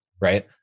right